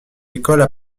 écoles